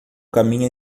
caminha